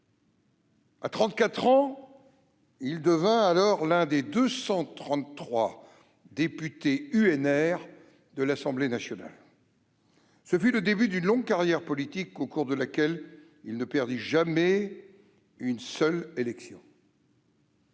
de 34 ans, il devint alors l'un des 233 élus de l'UNR à l'Assemblée nationale. Ce fut le début d'une longue carrière politique au cours de laquelle il ne perdit jamais une seule élection.